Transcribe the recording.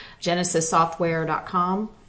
genesissoftware.com